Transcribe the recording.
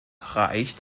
reicht